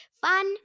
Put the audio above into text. Fun